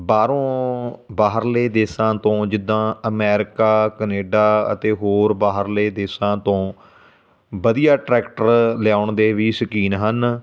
ਬਾਹਰੋਂ ਬਾਹਰਲੇ ਦੇਸ਼ਾਂ ਤੋਂ ਜਿੱਦਾਂ ਅਮੈਰੀਕਾ ਕਨੇਡਾ ਅਤੇ ਹੋਰ ਬਾਹਰਲੇ ਦੇਸ਼ਾਂ ਤੋਂ ਵਧੀਆ ਟਰੈਕਟਰ ਲਿਆਉਣ ਦੇ ਵੀ ਸ਼ੌਕੀਨ ਹਨ